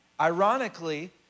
Ironically